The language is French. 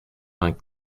vingt